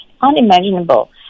unimaginable